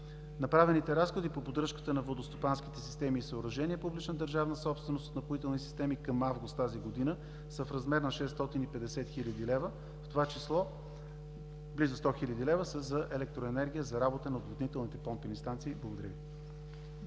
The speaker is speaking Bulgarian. Направените разходи по поддръжката на водостопанските системи и съоръжения – публична държавна собственост, от „Напоителни системи“ към месец август тази година са в размер на 650 хил. лв., в това число близо 100 хил. са за електроенергия за работа на отводнителните помпени станции. Благодаря Ви.